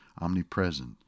omnipresent